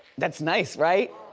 that's nice, right?